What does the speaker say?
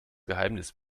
geheimnis